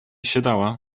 siadała